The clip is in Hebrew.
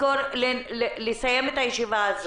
ונצטרך לסיים את הישיבה הזאת.